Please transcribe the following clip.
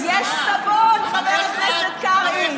יש סבון, חבר הכנסת קרעי.